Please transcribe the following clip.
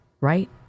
right